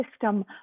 system